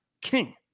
king